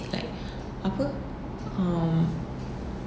like apa um